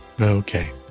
Okay